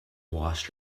washed